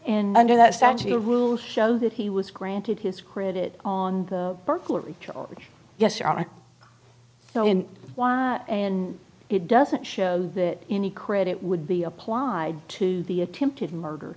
and under that statute a rule show that he was granted his credit on the burglary which yes you are now in why and it doesn't show that any credit would be applied to the attempted murder